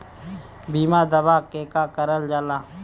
बीमा दावा केगा करल जाला?